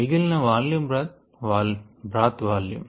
మిగిలిన వాల్యూమ్ బ్రాత్ వాల్యూమ్